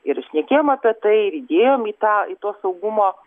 ir šnekėjom apie tai ir dėjom į tą į to saugumo